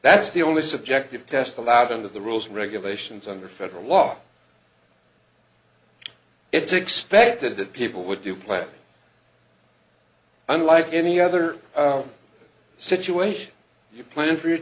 that's the only subjective test allowed under the rules regulations under federal law it's expected that people would do plan unlike any other situation you plan for your